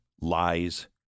lies